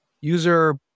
user